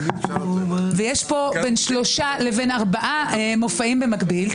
ויש פה בין שלושה לבין ארבעה מופעים במקביל,